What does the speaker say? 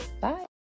Bye